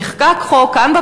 נחקק חוק כאן,